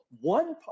one